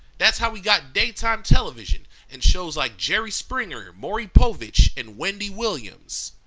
that's how we got daytime television and shows like jerry springer, maury povich, and wendy williams.